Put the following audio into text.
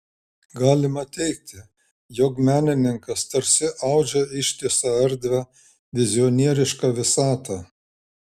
galima teigti jog menininkas tarsi audžia ištisą erdvę vizionierišką visatą